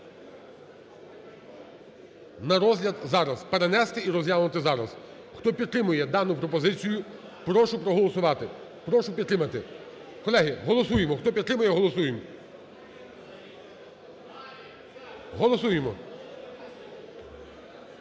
на розгляд зараз. Перенести і розглянути зараз. Хто підтримує дану пропозицію, прошу проголосувати, прошу підтримати. Колеги, голосуємо. Хто підтримує голосуємо. Голосуємо.